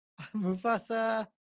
Mufasa